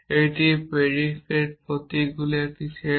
এটি predicate প্রতীকগুলির একটি সেট